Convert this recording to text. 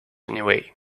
anyway